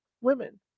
women